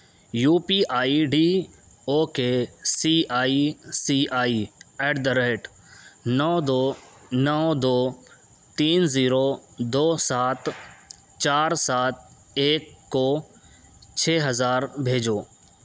you P I D O K C I C I at the rate نو دو نو دو تین زیرو دو سات چار سات ایک کو چھ ہزار بھیجو